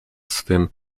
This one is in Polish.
swym